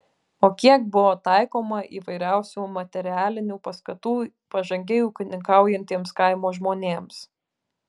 o kiek buvo taikoma įvairiausių materialinių paskatų pažangiai ūkininkaujantiems kaimo žmonėms